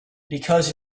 because